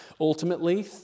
Ultimately